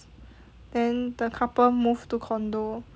then the couple moved to condo